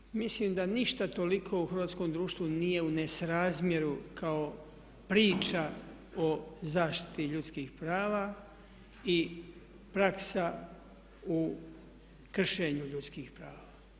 Kolega Bulj, mislim da ništa toliko u hrvatskom društvu nije u nesrazmjeru kao priča o zaštiti ljudskih prava i praksa u kršenju ljudskih prava.